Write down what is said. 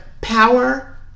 power